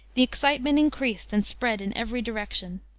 the excitement increased, and spread in every direction.